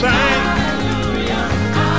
Hallelujah